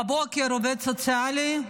בבוקר עובד סוציאלי,